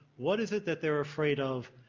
what is it that they are afraid of?